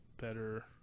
better